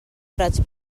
prats